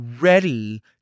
ready